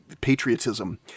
patriotism